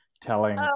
telling